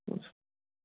تُل سا